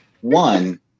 one